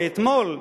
או אתמול,